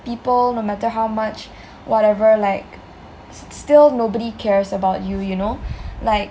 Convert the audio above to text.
people no matter how much whatever like still nobody cares about you you know like